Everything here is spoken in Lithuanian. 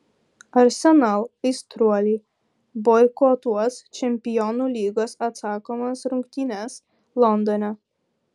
arsenal aistruoliai boikotuos čempionų lygos atsakomas rungtynes londone